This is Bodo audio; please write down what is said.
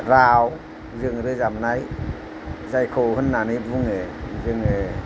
राव जों रोजाबनाय जायखौ होननानै बुङो जोङो